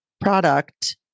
product